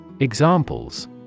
Examples